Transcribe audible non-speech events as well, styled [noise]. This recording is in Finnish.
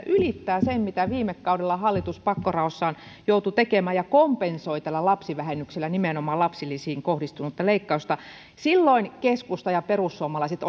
[unintelligible] ylittävät sen mitä viime kaudella hallitus pakkoraossaan joutui tekemään ja kompensoi tällä lapsivähennyksellä nimenomaan lapsilisiin kohdistunutta leikkausta silloin keskusta ja perussuomalaiset [unintelligible]